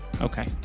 Okay